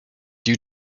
due